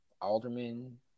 alderman